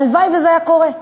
הלוואי שזה היה קורה.